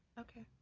okay.